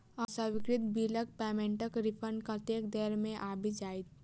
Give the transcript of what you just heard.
अस्वीकृत बिलक पेमेन्टक रिफन्ड कतेक देर मे आबि जाइत?